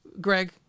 Greg